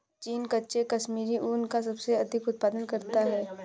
चीन कच्चे कश्मीरी ऊन का सबसे अधिक उत्पादन करता है